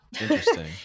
Interesting